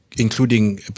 including